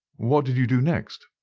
what did you do next?